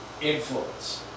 influence